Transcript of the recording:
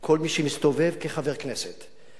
כל מי שמסתובב כחבר כנסת,